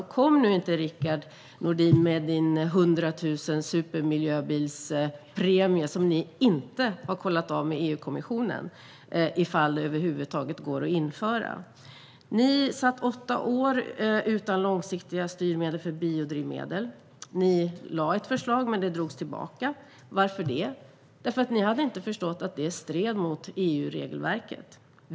Och kom nu inte, Rickard Nordin, med din supermiljöbilspremie på 100 000! Ni har inte kollat av med EU-kommissionen om den över huvud taget går att införa. Ni satt i åtta år utan långsiktiga styrmedel för biodrivmedel. Ni lade fram ett förslag, men det drogs tillbaka. Varför det? Jo, därför att ni inte hade förstått att det stred mot EU-regelverket.